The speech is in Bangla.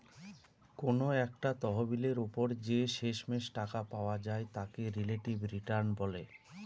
কোনো একটা তহবিলের ওপর যে শেষমেষ টাকা পাওয়া যায় তাকে রিলেটিভ রিটার্ন বলে